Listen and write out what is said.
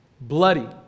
bloody